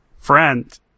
Friend